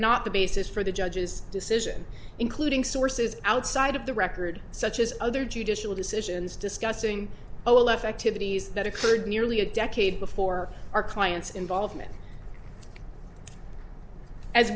not the basis for the judge's decision including sources outside of the record such as other judicial decisions discussing o l f activities that occurred nearly a decade before our client's involvement as